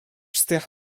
strach